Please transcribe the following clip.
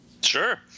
Sure